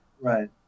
right